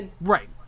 Right